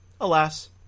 alas